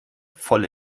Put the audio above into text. voll